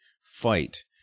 fight